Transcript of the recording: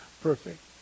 perfect